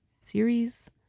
series